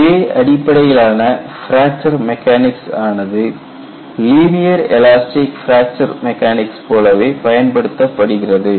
J அடிப்படையிலான fracture mechanics ஆனது linear elastic fracture mechanics போலவே பயன்படுத்தப்படுகிறது